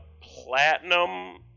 platinum